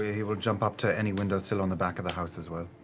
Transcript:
he will jump up to any windowsill on the back of the house as well.